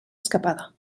escapada